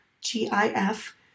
G-I-F